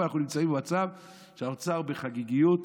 היום אנחנו נמצאים במצב שהאוצר בחגיגיות